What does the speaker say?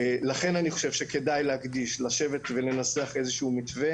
אני חושב שכדאי לשבת ולנסח איזשהו מתווה